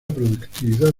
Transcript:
productividad